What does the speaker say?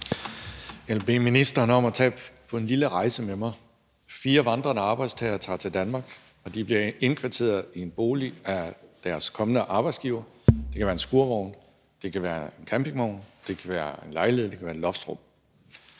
Jeg vil bede ministeren om at tage på en lille rejse med mig. Fire vandrende arbejdstagere tager til Danmark, og de bliver indkvarteret i en bolig af deres kommende arbejdsgiver. Det kan være en skurvogn. Det kan være en campingvogn. Det kan være en lejlighed. Det kan være et loftsrum.